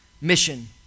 mission